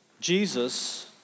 Jesus